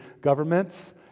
governments